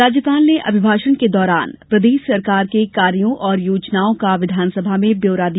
राज्यपाल ने अभिभाषण के दौरान प्रदेश सरकार के कार्यो और योजनाओं का विधानसभा में ब्यौरा दिया